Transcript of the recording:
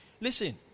Listen